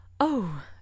Oh